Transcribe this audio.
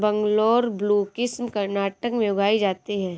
Bangalore blue किस्म कर्नाटक में उगाई जाती है